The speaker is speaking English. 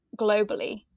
globally